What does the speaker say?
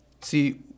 See